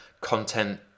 content